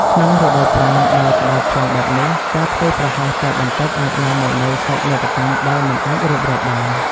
ក្នុងរដូវប្រាំងដែលក្តៅខ្លាំងបែបនេះ ការធ្វេសប្រហែសតែបន្តិចអាចនាំមកនូវសោកនាដកម្មដែលមិនអាចរៀបរាប់បាន។